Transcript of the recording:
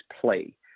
play